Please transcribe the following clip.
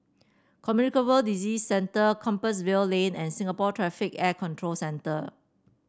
Communicable Disease Centre Compassvale Lane and Singapore Traffic Air Control Centre